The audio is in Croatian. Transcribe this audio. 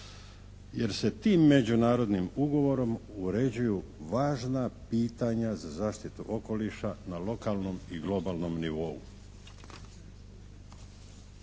Jer se tim međunarodnim ugovorom uređuju važna pitanja za zaštitu okoliša na lokalnom i globalnom nivou.